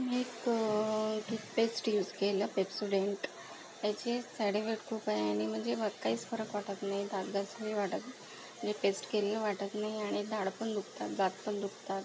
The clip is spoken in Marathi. मी एक टूथपेस्ट यूज केलं पेप्सोडेंट त्याचे साईड इफेक खूप आहे आणि म्हणजे म काहीच फरक वाटत नाही दात घासले वाटत नीट पेस्ट केलेलं वाटत नाही आणि दाढ पण दुखतात दात पण दुखतात